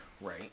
right